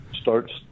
starts